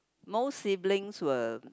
most siblings will